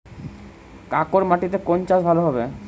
কাঁকর মাটিতে কোন চাষ ভালো হবে?